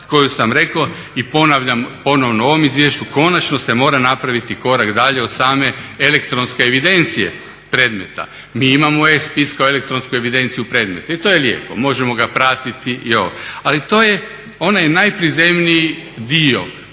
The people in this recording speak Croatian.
koju sam rekao i ponavljam ponovno u ovom izvješću konačno se mora napraviti korak dalje od same elektronske evidencije predmeta. Mi imamo e-spis kao elektronsku evidenciju predmeta i to je lijepo, možemo ga pratiti i ovo. Ali to je onaj najprizemniji dio